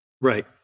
Right